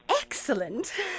Excellent